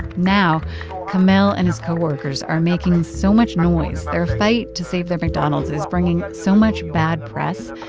now kamel and his co-workers are making so much noise, their fight to save their mcdonald's is bringing so much bad press,